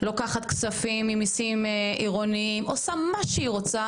לוקחת כספים ממסים עירוניים ועושה מה שהיא רוצה